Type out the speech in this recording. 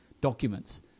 documents